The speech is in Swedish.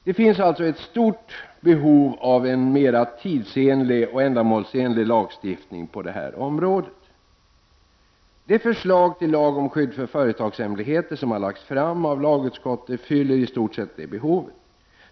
Det finns alltså ett stort behov av en mera tidsenlig och ändamålsenlig lagstiftning på det här området. Det förslag till lag om skydd för företagshemligheter som har lagts fram av lagutskottet fyller i stort sett det behovet.